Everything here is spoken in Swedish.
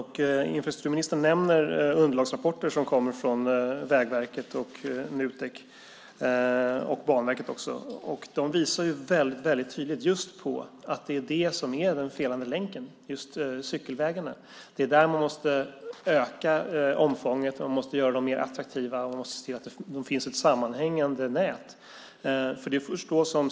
Infrastrukturministern nämner underlagsrapporter från Vägverket, Nutek och Banverket. De visar väldigt tydligt att just cykelvägarna är den felande länken. Det är där man måste öka omfånget. Cykelvägarna måste göras mer attraktiva, och man måste se till att de finns i ett sammanhängande nät.